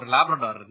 Labrador